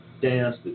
dance